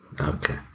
Okay